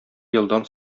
елдан